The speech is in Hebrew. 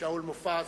שאול מופז.